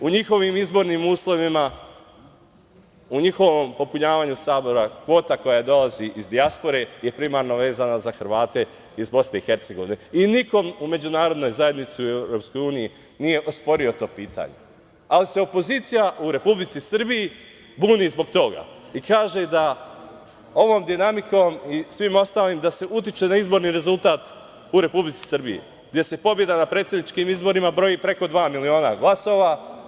U njihovim izbornim uslovima, u njihovom popunjavanju Sabora, kvota koja dolazi iz dijaspore je primarno vezana za Hrvate iz BiH i niko u međunarodnoj zajednici i EU nije osporio to pitanje, ali se opozicija u Republici Srbiji buni zbog toga i kaže da se ovom dinamikom i svim ostalim utiče na izborni rezultat u Republici Srbiji, gde se pobeda na predsedničkim izborima broji preko dva miliona glasova.